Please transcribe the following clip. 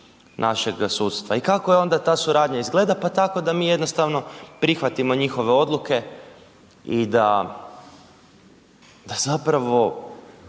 našeg sudstva i kako onda ta suradnja izgleda? Pa tako da mi jednostavno prihvatimo njihove odluke i da, da zapravo